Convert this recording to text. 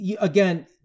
again